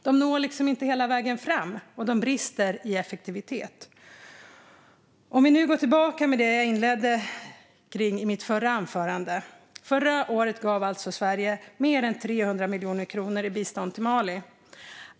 Dessa når inte hela vägen fram och brister i effektivitet. För att gå tillbaka till det som jag inledde mitt förra anförande med gav Sverige förra året alltså mer än 300 miljoner kronor i bistånd till Mali.